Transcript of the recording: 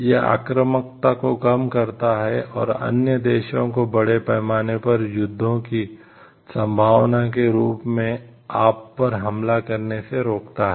यह आक्रामकता को कम करता है और अन्य देशों को बड़े पैमाने पर युद्धों की संभावना के रूप में आप पर हमला करने से रोकता है